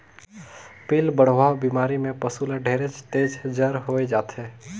पिलबढ़वा बेमारी में पसु ल ढेरेच तेज जर होय जाथे